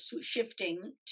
shifting